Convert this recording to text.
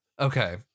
okay